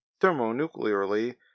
thermonuclearly